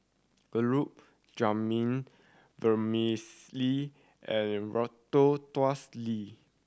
Gulab Jamun Vermicelli and Ratatouille